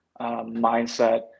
mindset